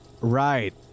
Right